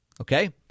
okay